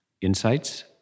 insights